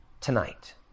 tonight